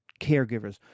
caregivers